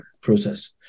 process